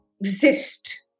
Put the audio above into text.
exist